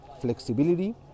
flexibility